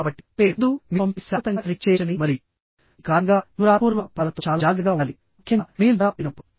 కాబట్టి పంపే ముందు మీరు పంపేది శాశ్వతంగా రికార్డ్ చేయవచ్చని మరియు ఈ కారణంగా మీరు వ్రాతపూర్వక పదాలతో చాలా జాగ్రత్తగా ఉండాలి ముఖ్యంగా ఇమెయిల్ ద్వారా పంపినప్పుడు